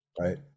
right